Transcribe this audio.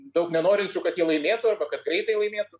daug nenorinčių kad jie laimėtų arba kad greitai laimėtų